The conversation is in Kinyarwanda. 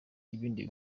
ibindi